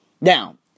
Now